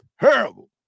terrible